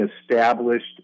established